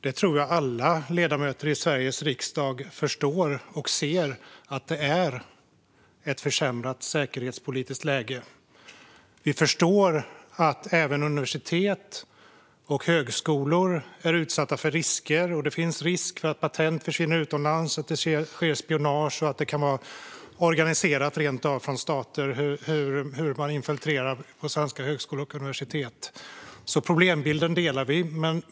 Jag tror att alla ledamöter i Sveriges riksdag förstår och ser att det är ett försämrat säkerhetspolitiskt läge. Vi förstår att även universitet och högskolor är utsatta för risker, att det finns risk att patent försvinner utomlands, att det sker spionage och att det rent av kan vara organiserat av stater hur man infiltrerar svenska högskolor och universitet. Problembilden delar vi alltså.